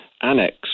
annex